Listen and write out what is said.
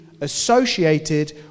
associated